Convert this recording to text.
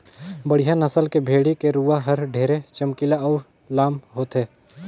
बड़िहा नसल के भेड़ी के रूवा हर ढेरे चमकीला अउ लाम होथे